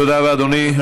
תודה רבה, אדוני.